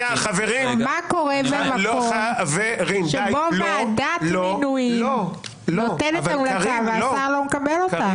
מה קורה במקום שבו ועדת מינויים נותנת המלצה והשר לא מקבל אותה?